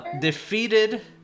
Defeated